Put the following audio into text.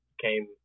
came